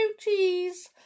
cheese